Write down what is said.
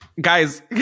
guys